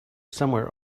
somewhere